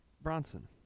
Bronson